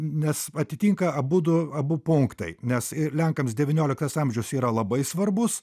nes atitinka abudu abu punktai nes lenkams devynioliktas amžius yra labai svarbus